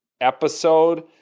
episode